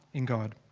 in god.